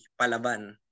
palaban